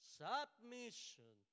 submission